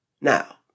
Now